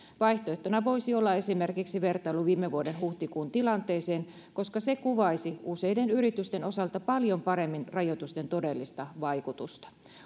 vaihtoehtona voisi olla esimerkiksi vertailu viime vuoden huhtikuun tilanteeseen koska se kuvaisi useiden yritysten osalta paljon paremmin rajoitusten todellista vaikutusta